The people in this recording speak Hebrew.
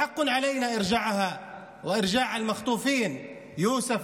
חובה עלינו להחזיר אותה ולהחזיר את החטופים יוסף,